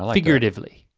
ah figuratively.